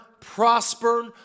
prosper